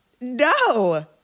No